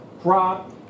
crop